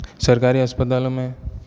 सरकारी अस्पतालों में